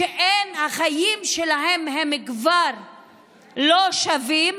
שהחיים שלהם כבר לא שווים,